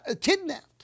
kidnapped